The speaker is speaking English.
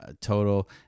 total